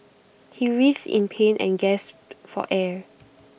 he writhed in pain and gasped for air